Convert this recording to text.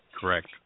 Correct